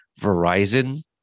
verizon